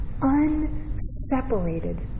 unseparated